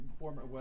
former